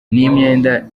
imyenda